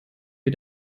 wir